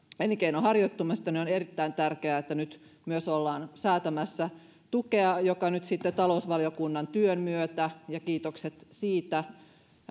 elinkeinon harjoittamista on erittäin tärkeää että nyt myös ollaan säätämässä tukea joka nyt sitten talousvaliokunnan työn myötä kiitokset siitä